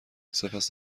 سپس